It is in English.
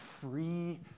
free